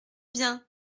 bien